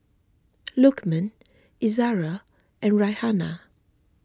Lukman Izara and Raihana